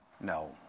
No